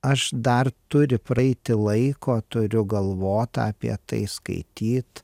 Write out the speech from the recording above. aš dar turi praeiti laiko turiu galvot apie tai skaityt